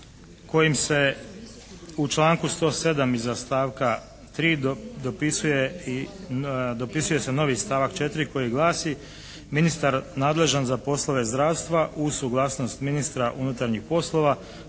kojim se u članku 107. iza stavka 3. dopisuje i, dopisuje se novi stavak 4. koji glasi ministar nadležan za poslove zdravstva uz suglasnost ministra unutarnjih poslova